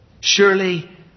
Surely